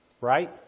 Right